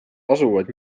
asuvad